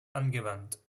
angewandt